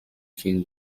king